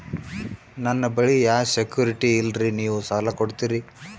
ನನ್ನ ಬಳಿ ಯಾ ಸೆಕ್ಯುರಿಟಿ ಇಲ್ರಿ ನೀವು ಸಾಲ ಕೊಡ್ತೀರಿ?